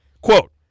Quote